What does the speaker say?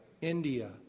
India